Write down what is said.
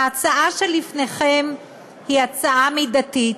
ההצעה שלפניכם היא הצעה מידתית,